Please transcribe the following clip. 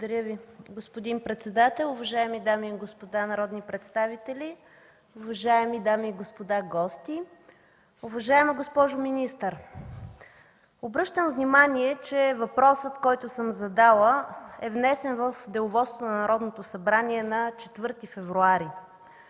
Благодаря Ви, господин председател. Уважаеми дами и господа народни представители, уважаеми дами и господа гости! Уважаема госпожо министър, обръщам внимание, че въпросът, който съм задала, е внесен в Деловодството на Народното събрание на 4 февруари,